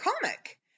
comic